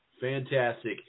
Fantastic